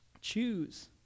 choose